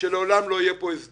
אם החטיבה לא פועלת בתחום מסוים,